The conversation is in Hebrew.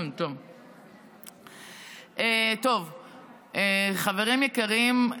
חברים יקרים,